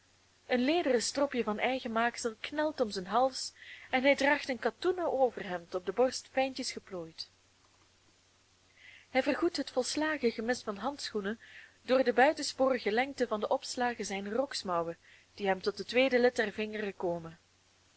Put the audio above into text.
een lederen stropje van eigen maaksel knelt om zijn hals en hij draagt een katoenen overhemd op de borst fijntjes geplooid hij vergoedt het volslagen gemis van handschoenen door de buitensporige lengte van de opslagen zijner roksmouwen die hem tot het tweede lid der vingeren komen